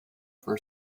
for